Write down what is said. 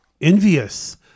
envious